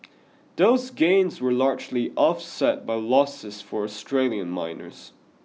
those gains were largely offset by losses for Australian miners